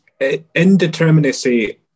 indeterminacy